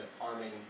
arming